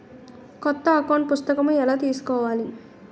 కొత్త అకౌంట్ పుస్తకము ఎలా తీసుకోవాలి?